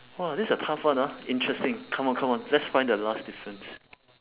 !wah! this a tough one ah interesting come on come on let's find the last differences